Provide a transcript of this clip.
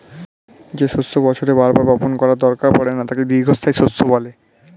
যেই ফসল বছরে বার বার বপণ করার দরকার পড়ে না তাকে দীর্ঘস্থায়ী শস্য বলে